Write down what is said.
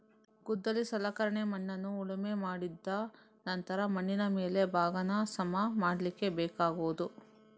ಗುದ್ದಲಿ ಸಲಕರಣೆ ಮಣ್ಣನ್ನ ಉಳುಮೆ ಮಾಡಿದ ನಂತ್ರ ಮಣ್ಣಿನ ಮೇಲಿನ ಭಾಗಾನ ಸಮ ಮಾಡ್ಲಿಕ್ಕೆ ಬೇಕಾಗುದು